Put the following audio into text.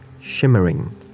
shimmering